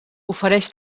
ofereix